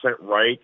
right